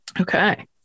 okay